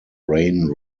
rayne